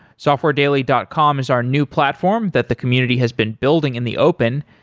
softwaredaily dot com is our new platform that the community has been building in the open.